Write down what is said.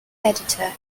editor